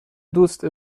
دوست